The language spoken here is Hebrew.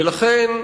ולכן,